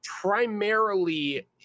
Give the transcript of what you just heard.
primarily